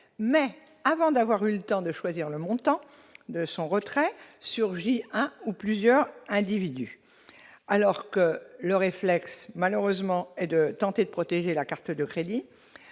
mais avant d'avoir eu le temps de choisir le montant de son retrait, surgit un ou plusieurs individus alors que le réflexe malheureusement et de tenter de protéger la carte de crédit,